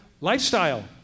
lifestyle